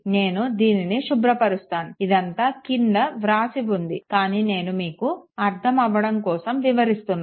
నేను దీనిని శుభ్రపరుస్తాను ఇదంతా క్రింద వ్రాసి ఉంది కానీ నేను మీకు అర్థం అవ్వడం కోసం వివరిస్తున్నాను